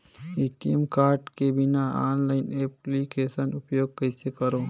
ATM card के बिना online application उपयोग कइसे करो?